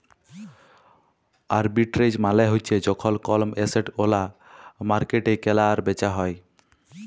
arbitrage মালে হ্যচ্যে যখল কল এসেট ওল্য মার্কেটে কেলা আর বেচা হ্যয়ে